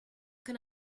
can